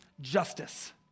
justice